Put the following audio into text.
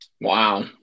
Wow